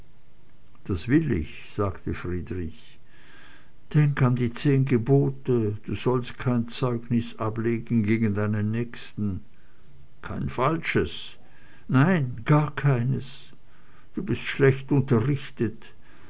das will ich sagte friedrich denk an die zehn gebote du sollst kein zeugnis ablegen gegen deinen nächsten kein falsches nein gar keines du bist schlecht unterrichtet